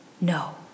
No